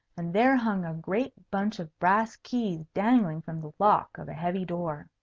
and there hung a great bunch of brass keys dangling from the lock of a heavy door.